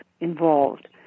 involved